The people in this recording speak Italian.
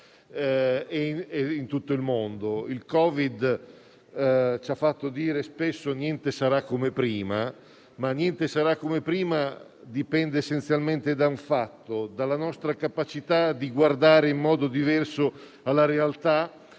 e in tutto il mondo. Il Covid ci ha fatto dire spesso che niente sarà come prima, ma questo dipende essenzialmente dalla nostra capacità di guardare in modo diverso alla realtà,